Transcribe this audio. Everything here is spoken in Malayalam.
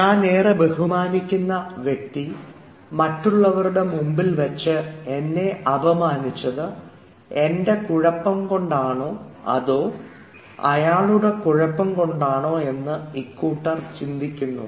ഞാനേറെ ബഹുമാനിക്കുന്ന വ്യക്തി മറ്റുള്ളവരുടെ മുമ്പിൽ വച്ച് എന്നെ അപമാനിച്ചത് എൻറെ കുഴപ്പം കൊണ്ടാണോ അതോ അയാളുടെ കുഴപ്പം കൊണ്ടാണോ എന്ന് ഇക്കൂട്ടർ ചിന്തിക്കുന്നു